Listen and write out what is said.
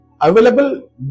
Available